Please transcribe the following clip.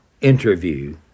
interview